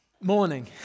morning